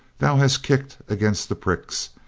thou hast kicked against the pricks,